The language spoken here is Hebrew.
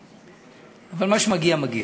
אבל מה שמגיע מגיע.